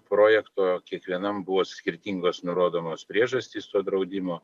projekto kiekvienam buvo skirtingos nurodomos priežastys to draudimo